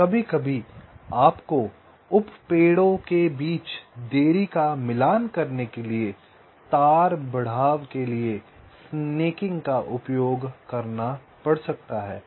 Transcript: और कभी कभी आपको उप पेड़ों के बीच देरी का मिलान करने के लिए तार बढ़ाव के लिए स्नेकिंग का उपयोग करना पड़ सकता है